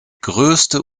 größte